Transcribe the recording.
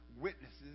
witnesses